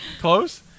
Close